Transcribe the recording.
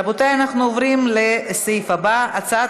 רבותיי אנחנו עוברים לסעיף הבא: הצעת